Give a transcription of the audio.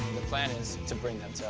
the plan is to bring them so